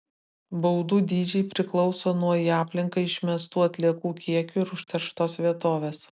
baudų dydžiai priklauso nuo į aplinką išmestų atliekų kiekių ir užterštos vietovės